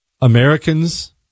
Americans